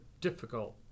difficult